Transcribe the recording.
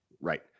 Right